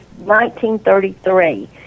1933